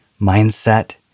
mindset